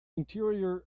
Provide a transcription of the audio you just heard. interior